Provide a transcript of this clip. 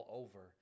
over